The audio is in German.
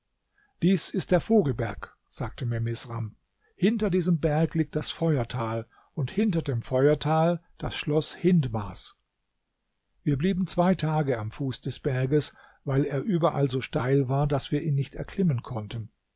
dies ist der vogelberg sagte mir misram hinter diesem berg liegt das feuertal und hinter dem feuertal das schloß hindmars wir blieben zwei tage am fuß des berges weil er überall so steil war daß wir ihn nicht erklimmen konnten